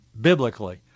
biblically